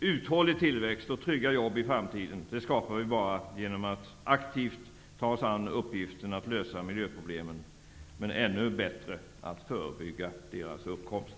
Uthållig tillväxt och trygga jobb i framtiden skapar vi bara genom att aktivt ta oss an uppgiften att lösa miljöproblemen, men ännu bättre genom att förebygga deras uppkomst.